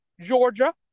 Georgia